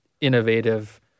innovative